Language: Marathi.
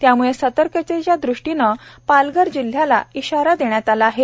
त्यामुळे सतर्कतेच्या दृष्टीनं पालघर जिल्ह्याला सतर्कतेचा इशारा देण्यात आला आहे